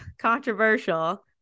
controversial